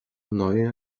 neue